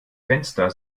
fenster